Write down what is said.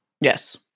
Yes